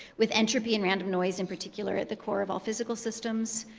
with entropy and random noise in particular at the core of all physical systems.